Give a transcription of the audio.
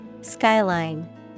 Skyline